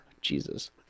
Jesus